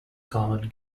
card